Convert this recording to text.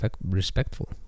respectful